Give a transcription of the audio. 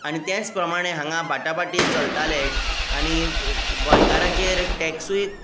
आनी तेच प्रमाणे हांगा बाटा बाटी चलताले आनी गोंयकाराचेर टॅक्सूय